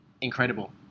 incredible